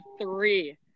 three